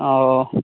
oh